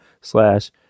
slash